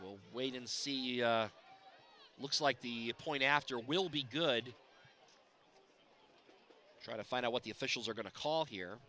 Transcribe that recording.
we'll wait and see looks like the point after will be good try to find out what the officials are going to call here